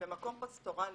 במקום פסטורלי,